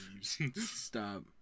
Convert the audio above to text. Stop